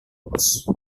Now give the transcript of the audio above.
pos